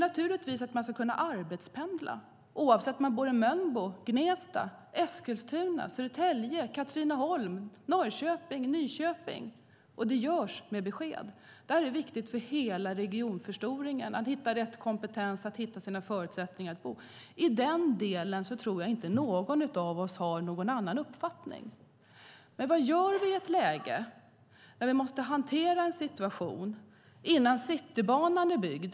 Naturligtvis ska man kunna arbetspendla, oavsett om man bor i Mölnbo, Gnesta, Eskilstuna, Södertälje, Katrineholm, Norrköping eller Nyköping, och det görs med besked. Detta är viktigt för hela regionförstoringen, för att kunna hitta rätt kompetens och hitta förutsättningar för boende. I den delen tror jag inte att någon av oss har någon annan uppfattning. Men vad gör vi när vi nu måste hantera denna situation innan Citybanan är byggd?